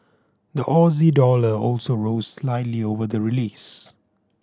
the Aussie dollar also rose slightly over the release